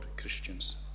Christians